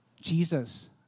Jesus